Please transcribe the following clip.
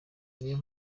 niyo